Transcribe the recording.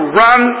run